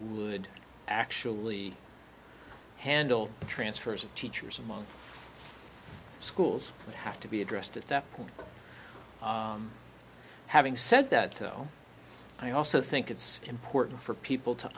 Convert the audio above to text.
would actually handle the transfers of teachers among schools would have to be addressed at that point but having said that though i also think it's important for people to